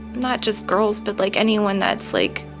not just girls but, like, anyone that's, like,